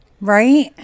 Right